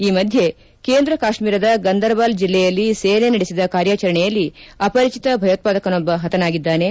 ಈ ಮಧ್ಯೆ ಕೇಂದ್ರ ಕಾಶ್ಮೀರದ ಗಂದರ್ಬಾಲ್ ಜಿಲ್ಲೆಯಲ್ಲಿ ಸೇನೆ ನಡೆಸಿದ ಕಾರ್ಯಾಚರಣೆಯಲ್ಲಿ ಅಪರಿಚಿತ ಭಯೋತ್ಪಾದಕನೊಬ್ಬ ಹತನಾಗಿದ್ದಾನೆ